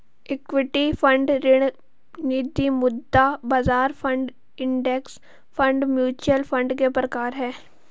equity fund ऋण निधिमुद्रा बाजार fund index fund mutual fund के प्रकार हैं